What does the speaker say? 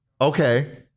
Okay